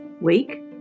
week